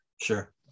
Sure